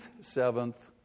seventh